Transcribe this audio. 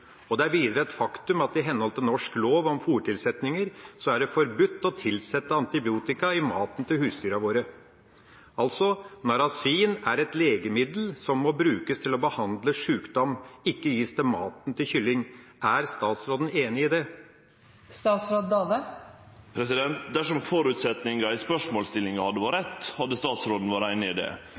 Det er videre et faktum at i henhold til norsk lov om fôrtilsetninger er det forbudt å tilsette antibiotika i maten til husdyrene våre. Altså: Narasin er et legemiddel som må brukes til å behandle sykdom, ikke gis i maten til kylling. Er statsråden enig i det? Dersom føresetnaden i spørsmålsstillinga hadde vore rett, hadde statsråden vore einig i det.